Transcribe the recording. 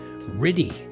riddy